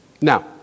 Now